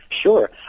Sure